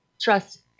trust